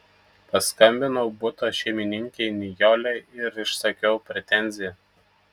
paskambinau buto šeimininkei nijolei ir išsakiau pretenziją